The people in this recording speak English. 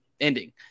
ending